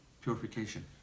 purification